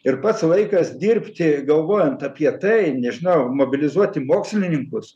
ir pats laikas dirbti galvojant apie tai nežinau mobilizuoti mokslininkus